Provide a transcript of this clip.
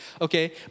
okay